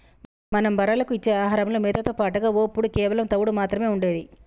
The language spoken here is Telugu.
మనం బర్రెలకు ఇచ్చే ఆహారంలో మేతతో పాటుగా ఒప్పుడు కేవలం తవుడు మాత్రమే ఉండేది